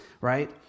right